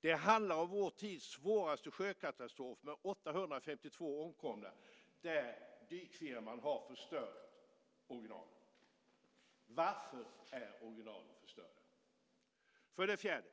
Det handlar om vår tids svåraste sjökatastrof med 852 omkomna där dykfirman har förstört originalen. Varför är originalen förstörda? För det fjärde: